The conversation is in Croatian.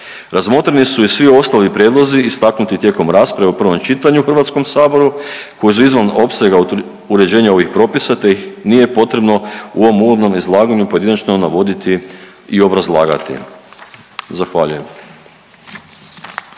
Razmotreni su i svi ostali prijedlozi istaknuti tijekom rasprave u prvom čitanju u HS-u koji su izvan opsega uređenja ovih propisa te ih nije potrebno u ovom uvodnom izlaganju pojedinačno navoditi i obrazlagati. Zahvaljujem.